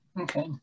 Okay